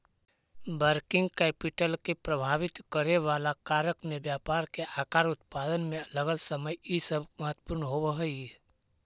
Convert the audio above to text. working capital के प्रभावित करेवाला कारक में व्यापार के आकार, उत्पादन में लगल समय इ सब महत्वपूर्ण होव हई